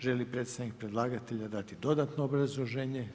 Želi li predstavnik predlagatelja dati dodatno obrazloženje?